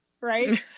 Right